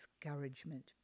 discouragement